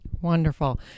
Wonderful